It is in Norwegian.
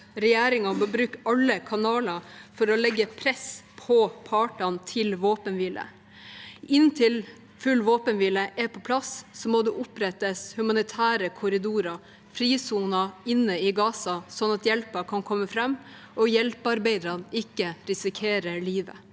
Regjeringen må bruke alle kanaler for å legge press på partene til våpenhvile. Inntil full våpenhvile er på plass, må det opprettes humanitære korridorer, frisoner inne i Gaza, sånn at hjelpen kan komme fram og hjelpearbeiderne ikke risikerer livet.